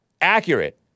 Accurate